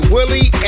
Willie